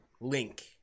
link